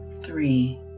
Three